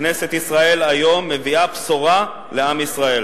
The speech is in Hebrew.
כנסת ישראל היום מביאה בשורה לעם ישראל.